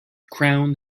crown